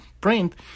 print